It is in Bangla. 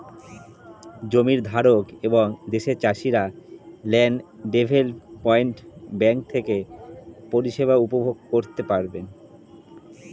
জমির ধারক এবং দেশের চাষিরা ল্যান্ড ডেভেলপমেন্ট ব্যাঙ্ক থেকে পরিষেবা উপভোগ করতে পারেন